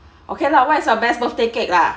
okay lah what's your best birthday cake lah